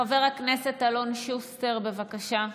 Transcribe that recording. חבר הכנסת אלון שוסטר, בבקשה.